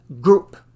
group